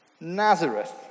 Nazareth